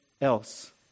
else